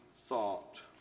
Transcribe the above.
thought